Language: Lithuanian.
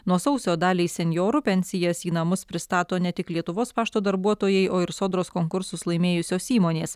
nuo sausio daliai senjorų pensijas į namus pristato ne tik lietuvos pašto darbuotojai o ir sodros konkursus laimėjusios įmonės